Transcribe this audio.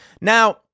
Now